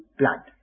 blood